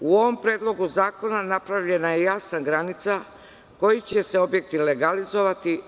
U ovom Predlogu zakona napravljena je jasna granica koji će se objekti legalizovati.